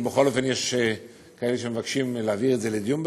אם בכל אופן יש כאלה שמבקשים להעביר את זה לדיון בוועדה,